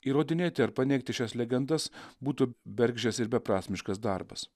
įrodinėti ar paneigti šias legendas būtų bergždžias ir beprasmiškas darbas